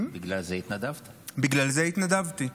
בגלל זה התנדבתי.